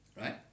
right